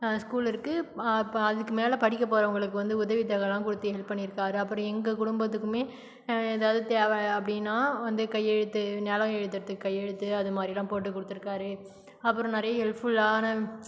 ஸ்கூலுருக்கு மா பா அதுக்கு மேல் படிக்க போகிறவங்களுக்கு வந்து உதவித்தொகைலாம் கொடுத்து ஹெல்ப் பண்ணிருக்காரு அப்புறம் எங்கள் குடும்பத்துக்குமே ஏதாவது தேவை அப்படினா வந்து கையெழுத்து நிலம் எழுதறத்துக்கு கையெழுத்து அதுமாதிரிலாம் போட்டு கொடுத்துருக்காரு அப்புறம் நிறையா ஹெல்ப்ஃபுல்லான